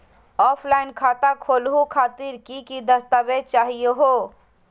Offline खाता खोलहु खातिर की की दस्तावेज चाहीयो हो?